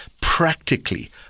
Practically